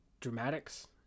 dramatics